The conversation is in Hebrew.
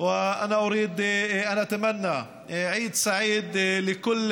ואני רוצה לאחל חג שמח לכל